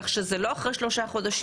כך שהוא לא יוצא לאחר שלושה חודשים.